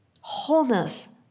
wholeness